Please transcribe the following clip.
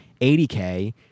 80K